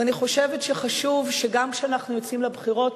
ואני חושבת שחשוב שגם כשאנחנו יוצאים לבחירות